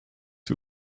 wir